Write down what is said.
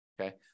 Okay